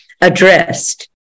addressed